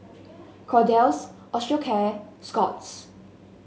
Kordel's Osteocare and Scott's